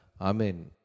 Amen